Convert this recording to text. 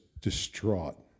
distraught